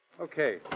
okay